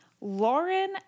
Lauren